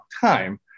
time